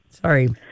Sorry